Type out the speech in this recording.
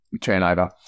turnover